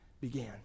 began